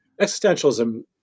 existentialism